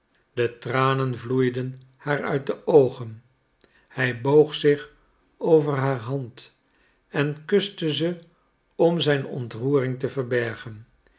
de tranen vloeiden haar uit de oogen hij boog zich over haar hand en kuste ze om zijn ontroering te verbergen